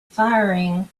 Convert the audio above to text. firing